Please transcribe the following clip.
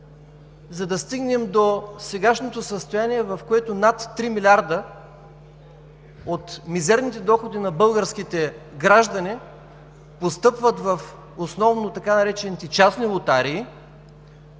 за да стигнем до сегашното състояние, в което над 3 милиарда от мизерните доходи на българските граждани постъпват основно в така наречените частни лотарии,